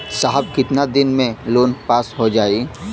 साहब कितना दिन में लोन पास हो जाई?